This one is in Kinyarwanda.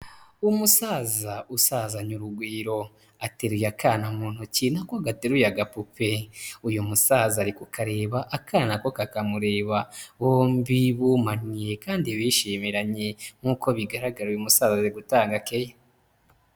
Umusaza usazanye urugwiro ateruye akana mu ntoki nako gateruye agapupe, uyu musaza ariko ukareba akana ko kakamureba bombi bumaniye kandi bishimiranye nk'uko bigaragara uyu mu umusaze gutanga keya.